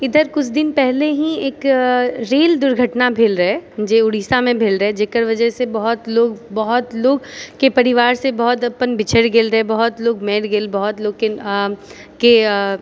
इधर किछु दिन पहिले ही एक रेल दुर्घटना भेल रहय जे ओडिशामे भेल रहय जेकर वजहसँ बहुत लोक बहुत लोककेँ परिवारसँ अपन बिछड़ि गेल बहुत लोक मरि गेल बहुत लोककेँ